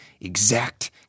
exact